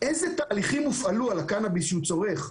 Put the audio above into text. איזה תהליכים הופעלו על הקנאביס שהוא צורך,